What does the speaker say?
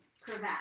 cravat